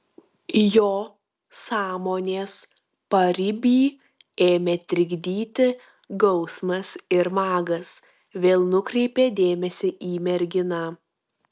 jo sąmonės paribį ėmė trikdyti gausmas ir magas vėl nukreipė dėmesį į merginą